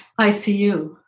ICU